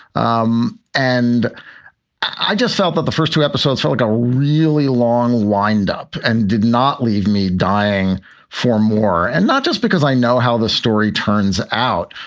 um and i just felt that the first two episodes felt like a really long lined up and did not leave me dying for more. and not just because i know how this story turns out.